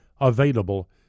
available